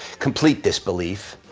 complete disbelief.